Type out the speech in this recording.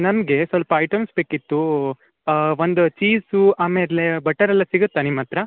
ನಮಗೆ ಸ್ವಲ್ಪ ಐಟಮ್ಸ್ ಬೇಕಿತ್ತೂ ಒಂದು ಚೀಸು ಆಮೇಲೆ ಬಟರೆಲ್ಲ ಸಿಗುತ್ತಾ ನಿಮ್ಮಹತ್ರ